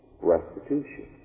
restitution